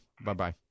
Bye-bye